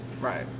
Right